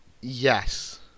Yes